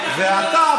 ואתה,